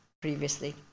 previously